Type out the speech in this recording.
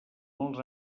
molts